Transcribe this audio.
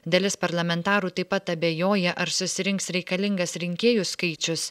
dalis parlamentarų taip pat abejoja ar susirinks reikalingas rinkėjų skaičius